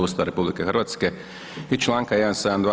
Ustava RH i članka 172.